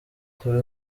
kuri